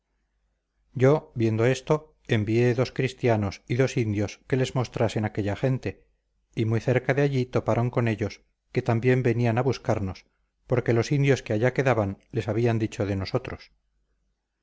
yo viendo esto envié dos cristianos y dos indios que les mostrasen aquella gente y muy cerca de allí toparon con ellos que también venían a buscarnos porque los indios que allá quedaban les habían dicho de nosotros